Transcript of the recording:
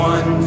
One